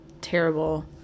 terrible